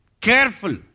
careful